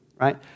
right